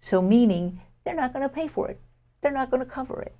so meaning they're not going to pay for it they're not going to cover it